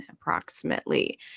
approximately